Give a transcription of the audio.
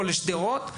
או לשדרות,